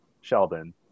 Sheldon